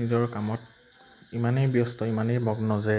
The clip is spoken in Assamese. নিজৰ কামত ইমানেই ব্যস্ত ইমানেই মগ্ন যে